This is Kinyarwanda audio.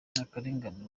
n’akarengane